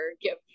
give